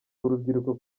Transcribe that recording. urubyiruko